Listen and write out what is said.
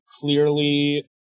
clearly